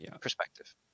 perspective